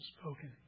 spoken